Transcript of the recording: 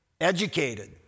Educated